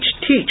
teach